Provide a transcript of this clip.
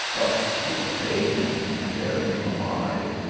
but to obey him, and bury him alive,